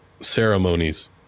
ceremonies